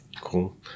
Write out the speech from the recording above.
Cool